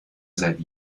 seit